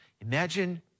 Imagine